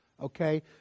Okay